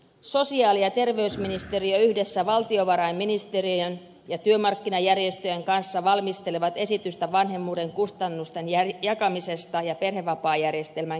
sosiaali ja terveysministeriö yhdessä valtiovarainministeriön ja työmarkkinajärjestöjen kanssa valmistelevat esitystä vanhemmuuden kustannusten jakamisesta ja perhevapaajärjestelmän kehittämisestä